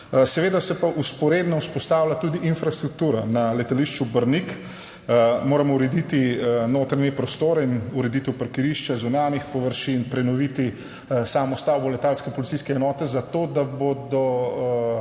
Seveda se pa vzporedno vzpostavlja tudi infrastruktura. Na letališču Brnik moramo urediti notranje prostore in ureditev parkirišča, zunanjih površin, prenoviti samo stavbo letalske policijske enote zato, da bo